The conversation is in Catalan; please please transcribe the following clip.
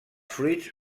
fruits